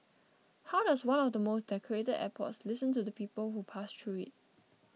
how does one of the most decorated airports listen to the people who pass through it